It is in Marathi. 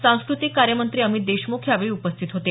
सांस्क्रतिक कार्यमंत्री अमित देशमुख यावेळी उपस्थित होते